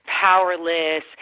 powerless